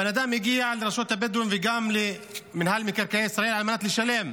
הבן אדם הגיע לרשות הבדואים וגם למינהל מקרקעי ישראל על מנת לשלם,